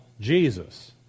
Jesus